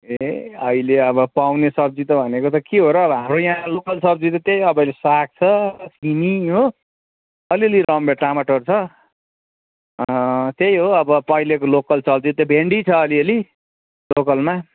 ए अहिले अब पाउने सब्जी त भनेको त के हो र अब हाम्रो यहाँ लोकल सब्जी त त्यही अब साग छ सिमी हो अलि अलि रम् टमाटर छ त्यही हो अब पहिलेको लोकल सब्जी त भेन्डी छ अलिअलि लोकलमा